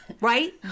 Right